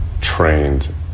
trained